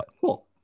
Cool